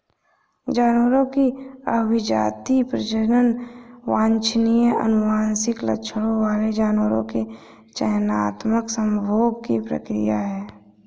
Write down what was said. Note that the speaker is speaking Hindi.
जानवरों की अभिजाती, प्रजनन वांछनीय आनुवंशिक लक्षणों वाले जानवरों के चयनात्मक संभोग की प्रक्रिया है